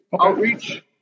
outreach